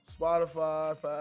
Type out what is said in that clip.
Spotify